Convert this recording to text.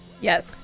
yes